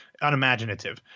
Unimaginative